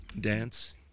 Dance